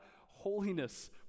holiness